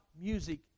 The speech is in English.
music